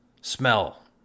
smell